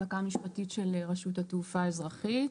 מחלקה משפטית של רשות התעופה האזרחית.